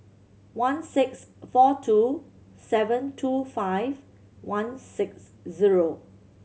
one six four two seven two five one six zero